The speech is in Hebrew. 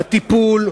הטיפול,